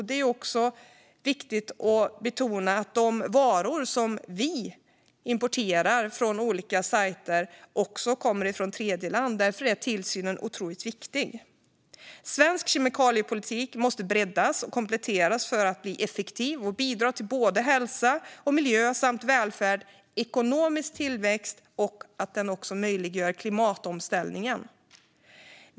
Det är viktigt att betona att de varor som importeras till Sverige också kan komma från tredjeland. Därför är tillsynen otroligt viktig. Svensk kemikaliepolitik måste breddas och kompletteras för att bli effektiv och bidra till en god hälsa och miljö samt till välfärd och ekonomisk tillväxt, och dessutom möjliggöra klimatomställningen.